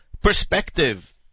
perspective